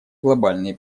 глобальные